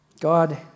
God